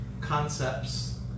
concepts